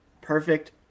perfect